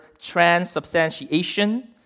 transubstantiation